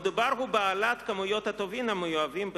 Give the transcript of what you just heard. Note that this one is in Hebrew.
מדובר בהגדלת כמויות הטובין המיובאים בפטור.